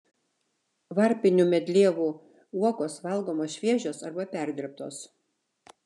varpinių medlievų uogos valgomos šviežios arba perdirbtos